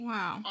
Wow